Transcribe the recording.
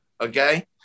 okay